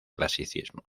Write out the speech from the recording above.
clasicismo